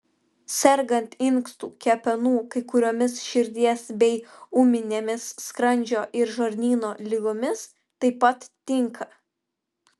sergant inkstų kepenų kai kuriomis širdies bei ūminėmis skrandžio ir žarnyno ligomis taip pat tinka